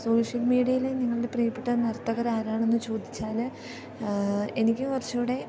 social മീഡിയയിലെ നിങ്ങളുടെ പ്രിയപ്പെട്ട നർത്തകരാരാണെന്ന് ചോദിച്ചാൽ എനിക്ക് കുറച്ചുകൂടെ